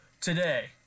today